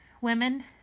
women